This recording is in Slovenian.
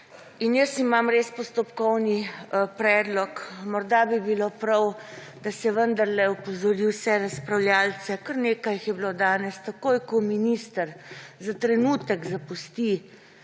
in jaz imam res postopkovni predlog. Morda bi bilo prav, da se vendarle opozori vse razpravljalce, kar nekaj jih je bilo danes, takoj ko minister za trenutek zapusti